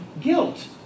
guilt